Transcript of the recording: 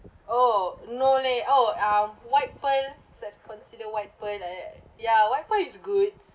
oh no leh oh um white pearl is that considered white pearl like that ya white pearl is good